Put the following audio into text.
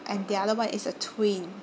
and the other one is a twin